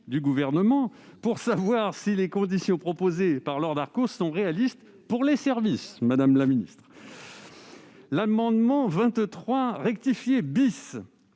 du Gouvernement pour savoir si les conditions proposées par Laure Darcos sont réalistes pour les services du ministère. L'amendement n° 23 rectifié